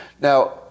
Now